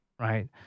Right